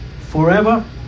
forever